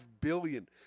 billion